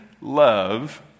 love